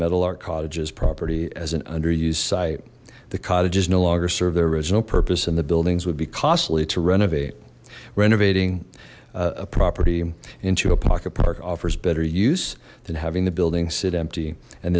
metal art cottages property as an underused site the cottages no longer serve their original purpose and the buildings would be costly to renovate renovating a property into a pocket park offers better use than having the building sit empty and